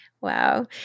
Wow